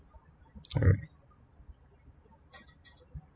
alright